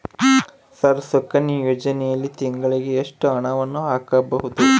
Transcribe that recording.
Sir Sukanya ಯೋಜನೆಯಲ್ಲಿ ತಿಂಗಳಿಗೆ ಎಷ್ಟು ಹಣವನ್ನು ಹಾಕಬಹುದು?